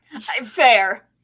Fair